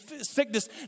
sickness